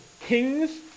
kings